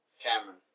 Cameron